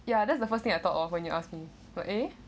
ya that's the first thing I thought of when you ask me for eh